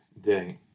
day